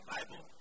Bible